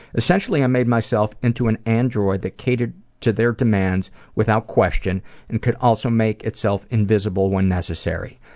essentially, i made myself into an android that catered to their demands without question and could also make itself invisible when necessary.